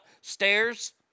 stairs